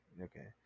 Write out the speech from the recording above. Okay